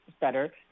better